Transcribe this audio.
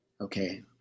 okay